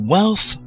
Wealth